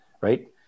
right